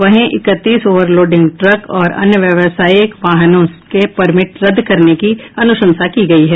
वहीं इकतीस overloading truck और अन्य व्यावसायिक वाहनों के परमिट रद्द करने की अनुशंसा की गई है